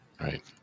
Right